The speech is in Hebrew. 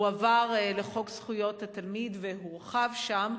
הועבר לחוק זכויות התלמיד והורחב שם,